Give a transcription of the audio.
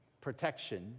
protection